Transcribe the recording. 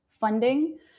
funding